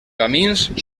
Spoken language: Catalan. camins